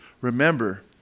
remember